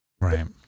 Right